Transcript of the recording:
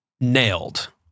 nailed